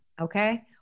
okay